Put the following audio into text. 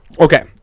Okay